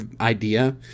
idea